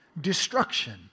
Destruction